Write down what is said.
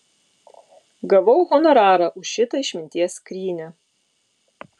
gavau honorarą už šitą išminties skrynią